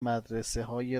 مدرسههای